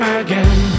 again